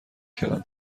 کردن